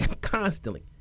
constantly